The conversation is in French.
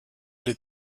les